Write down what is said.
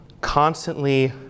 constantly